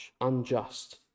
unjust